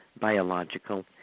biological